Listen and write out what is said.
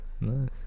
Nice